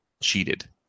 cheated